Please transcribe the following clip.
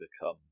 become